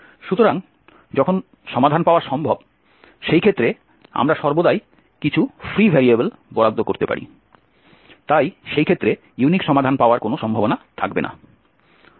সুতরাং যখন সমাধান পাওয়া সম্ভব সেই ক্ষেত্রে আমরা সর্বদাই কিছু ফ্রী ভেরিয়েবল বরাদ্দ করতে পারি তাই সেই ক্ষেত্রে ইউনিক সমাধান পাওয়ার কোনও সম্ভাবনা থাকবে না